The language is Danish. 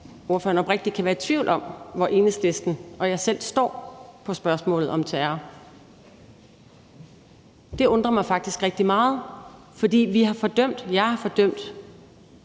ordføreren oprigtigt kan være i tvivl om, hvor Enhedslisten og jeg selv står på spørgsmålet om terror. Det undrer mig faktisk rigtig meget. For vi har fordømt og jeg har fordømt